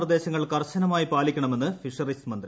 നിർദ്ദേശങ്ങൾ കർശനമായി പാ്ലിക്കണമെന്ന് ഫിഷറീസ് മന്ത്രി